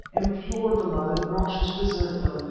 implored the mother not to desert them,